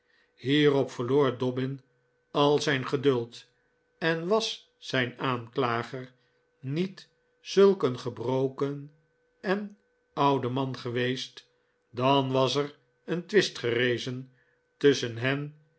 hierop verloor dobbin al zijn geduld en was zijn aanklager niet zulk een gebroken en oude man geweest dan was er een twist gerezen tusschen hen